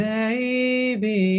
Baby